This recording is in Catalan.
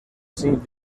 cinc